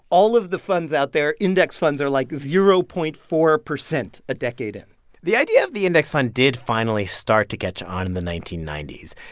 all of the funds out there, index funds are, like, zero point four percent a decade in the idea of the index fund did finally start to catch on the nineteen ninety s.